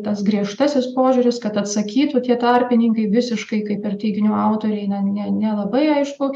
tas griežtasis požiūris kad atsakytų tie tarpininkai visiškai kaip ir teiginių autoriai ne ne nelabai aišku